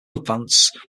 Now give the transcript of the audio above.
advance